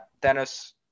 Dennis